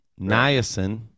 niacin